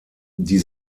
die